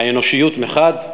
האנושיות מחד,